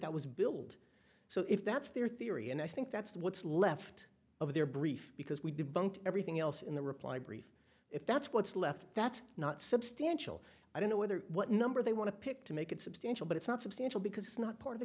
that was build so if that's their theory and i think that's what's left of their brief because we debunked everything else in the reply brief if that's what's left that's not substantial i don't know whether what number they want to pick to make it substantial but it's not substantial because it's not part of the